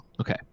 Okay